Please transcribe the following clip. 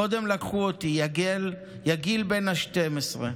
קודם לקחו אותי, יגיל בן ה-12.